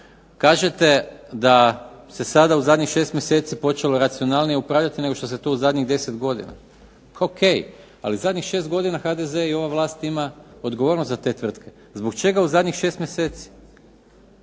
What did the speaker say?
kažete da se sada u zadnjih šest mjeseci počelo racionalnije upravljati nego što se to u zadnjih deset godina. Ok, ali zadnjih šest godina HDZ i ova vlast ima odgovornost za te tvrtke. Zbog čega u zadnjih šest mjeseci?